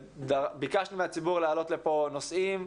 וביקשנו מהציבור לעלות לפה נושאים.